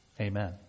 Amen